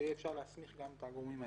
שיהיה אפשר להסמיך גם את הגורמים האלה.